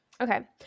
Okay